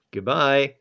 Goodbye